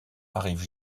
arrive